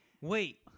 wait